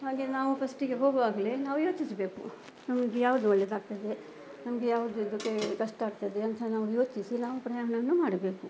ಹಾಗೆಯೇ ನಾವು ಫಸ್ಟಿಗೆ ಹೋಗುವಾಗಲೇ ನಾವು ಯೋಚಿಸಬೇಕು ನಮ್ಗೆ ಯಾವುದು ಒಳ್ಳೆಯದಾಗ್ತದೆ ನಮಗೆ ಯಾವುದು ಇದಕ್ಕೆ ಕಷ್ಟ ಆಗ್ತದೆ ಅಂತ ನಾವು ಯೋಚಿಸಿ ನಾವು ಪ್ರಯಾಣವನ್ನು ಮಾಡಬೇಕು